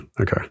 Okay